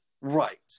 Right